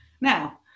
Now